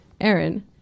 Aaron